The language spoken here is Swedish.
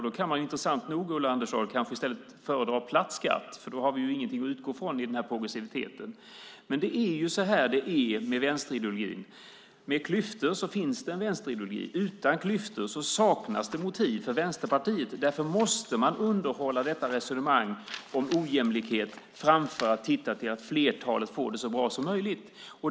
Det kan vara intressant nog, Ulla Andersson, och då kanske man ska föredra platt skatt. Då har vi ju ingenting att utgå ifrån i progressiviteten. Men det är så här det är med vänsterideologin. Med klyftor finns det en vänsterideologi. Utan klyftor saknas det motiv för Vänsterpartiet. Därför måste man underhålla detta resonemang om ojämlikhet framför att se till att flertalet får det så bra som möjligt.